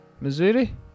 Missouri